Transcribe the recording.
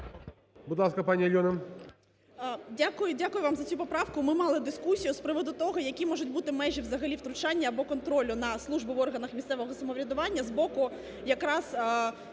Дякую вам за цю поправку. Ми мали дискусію з приводу того, які можуть бути межі взагалі втручання або контролю на службу в органах місцевого самоврядування з боку якраз